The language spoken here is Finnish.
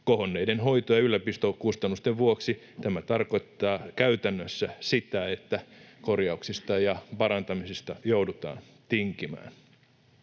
Kohonneiden hoito- ja ylläpitokustannusten vuoksi tämä tarkoittaa käytännössä sitä, että korjauksista ja parantamisista joudutaan tinkimään.